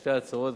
לשתי ההצעות,